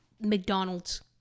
McDonald's